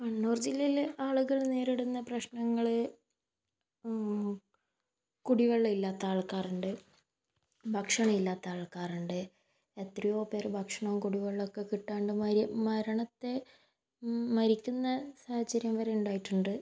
കണ്ണൂർ ജില്ലയിൽ ആളുകൾ നേരിടുന്ന പ്രശ്നങ്ങൾ കുടിവെള്ളം ഇല്ലാത്ത ആൾക്കാരുണ്ട് ഭക്ഷണം ഇല്ലാത്ത ആൾക്കാരുണ്ട് എത്രയോ പേർ ഭക്ഷണവും കുടിവെള്ളവും ഒക്കെ കിട്ടാണ്ട് മരി മരണത്തെ മരിക്കുന്ന സാഹചര്യം വരെ ഉണ്ടായിട്ടുണ്ട്